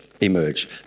emerge